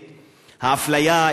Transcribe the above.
את האפליה,